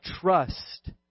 trust